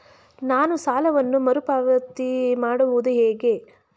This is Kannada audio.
ನಾನು ಸಾಲವನ್ನು ಮರುಪಾವತಿ ಮಾಡುವುದು ಹೇಗೆ?